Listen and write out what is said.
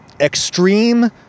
extreme